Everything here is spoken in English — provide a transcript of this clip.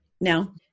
Now